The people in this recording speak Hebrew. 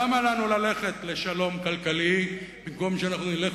למה לנו ללכת לשלום כלכלי במקום שנלך,